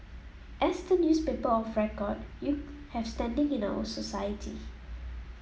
as the newspaper of record you have standing in our society